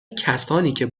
کسانیکه